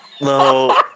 No